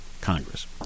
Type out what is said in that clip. Congress